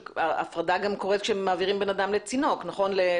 הפרדה גם קורית כאשר מעבירים בן אדם לצינוק, נכון?